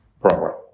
program